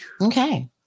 Okay